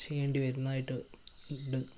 ചെയ്യേണ്ടി വരുന്നതായിട്ട് ഉണ്ട്